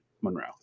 Monroe